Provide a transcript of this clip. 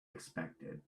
expected